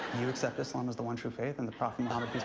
you accept islam as the one true faith and the prophet muhammad, peace